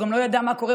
הוא גם לא ידע מה קורה,